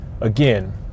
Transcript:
Again